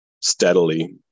steadily